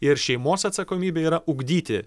ir šeimos atsakomybė yra ugdyti